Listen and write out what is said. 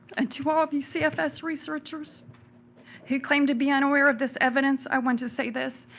ah to all of you cfs researchers who claim to be unaware of this evidence, i want to say this.